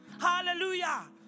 Hallelujah